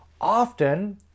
often